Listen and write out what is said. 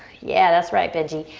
yeah, that's right benji.